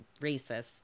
racist